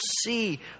see